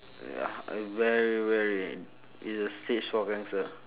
ya uh very very it's the stage four cancer